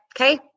okay